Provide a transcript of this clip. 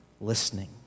listening